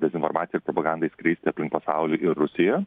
dezinformacijai ir propagandai skleisti aplink pasaulį ir rusija